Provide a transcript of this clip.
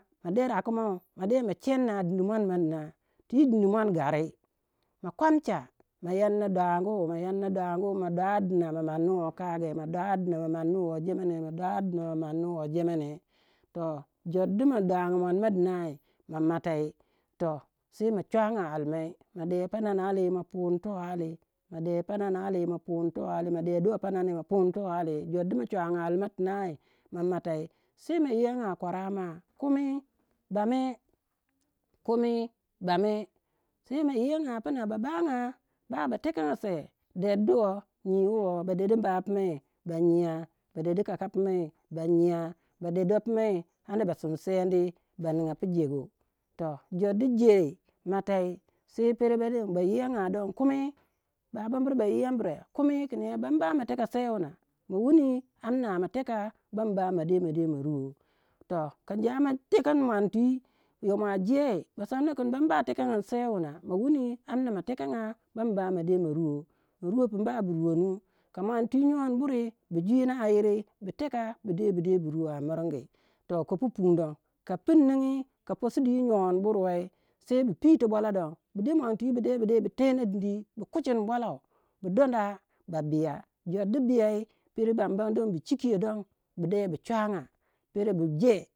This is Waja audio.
Ma de raku mau ma de ma chen na din di muon ma dina twi dindi muon gari ma komcha ma yanna dwagu, ma yanna dwagu ma dwari dina ma manni woh kage, ma dwari dina ma manni woh jemene, ma dwari dini ma manni woh jemene. Toh jor ma dwaga muon ma dinai ma mata toh sei ma chuanga alimai ma de pananin ali ma puni toh ali, ma de panani ali ma puni toh ali jor du ma chuanga ali ma tinai ma matai sei ma yiyanga kwarama kumi bame. Kumi bame sei ma yiyanga puma ba banga ba ba tekenga sei der do nyi woh ba de din amba pumai ba nyiya ba de di kaka punoi ba nyiya ba de dopumoi anda ba simsendi, ba niga pu jegu toh jor du jei matai sei pere don ba yinyanga don kumi baba buri ba yiyamburwe kumi kin eh bam ba ma teka sei wuna. Ma wuni ma amna ma teka bam ba ma de ma de ma ruwo toh, ka injamoh tekan muon twi yomoh jei ba samna kin bam ba ma tekangin sei wuna ma wuni amna ma tekenga bam ba ma de ma ruwo, ma ruwo pu amba bu ruwonnu ka muon twi nyodi buri bu jwina ayiri bu teka bu de bu de bu ruwo a miringi toh kopu pun don ka pun ningi ka posi di nyon bur wei sei bu pito bwala don bu de muanti bude bu tene dindi, ku kuchin bwalau bu donna ba biya jor du biyei pero bam bam don bu chikiyo don bu de bu chuaga pero bu je.